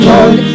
Lord